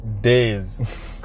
days